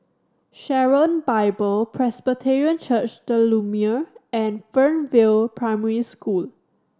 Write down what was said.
Sharon Bible Presbyterian Church The Lumiere and Fernvale Primary School